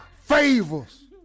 favors